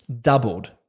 doubled